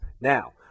Now